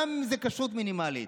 גם אם זו כשרות מינימלית.